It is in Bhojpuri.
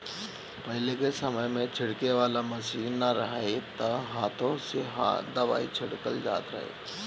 पहिले के समय में छिड़के वाला मशीन ना रहे त हाथे से ही दवाई छिड़कल जात रहे